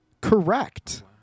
Correct